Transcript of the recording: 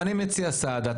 סעדה,